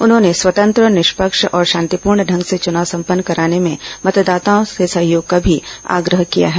उन्होंने स्वतंत्र निष्पक्ष और शांतिपूर्ण ढंग से चुनाव संपन्न कराने में मतदाताओं से सहयोग का भी आग्रह किया है